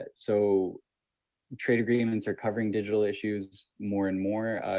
ah so trade agreements are covering digital issues more and more.